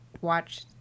watch